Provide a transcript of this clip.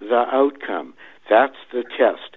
the outcome that's the test